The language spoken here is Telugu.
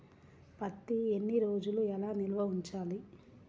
పత్తి ఎన్ని రోజులు ఎలా నిల్వ ఉంచాలి?